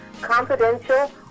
Confidential